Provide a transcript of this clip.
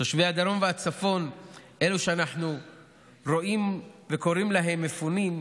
תושבי הדרום והצפון אלה שאנחנו רואים וקוראים להם מפונים,